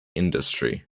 industry